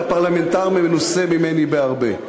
חבר הכנסת הורוביץ, אתה פרלמנטר מנוסה ממני בהרבה.